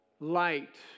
Light